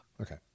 Okay